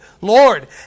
Lord